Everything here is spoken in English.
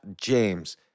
James